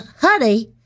honey